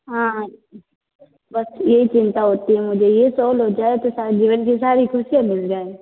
हाँ बस यही चिंता होती है मुझे ये सॉल्व हो जाए तो सारा जीवन की सारी खुशिया मिल जाएँ